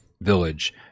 Village